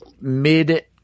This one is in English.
mid